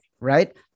right